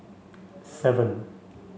seven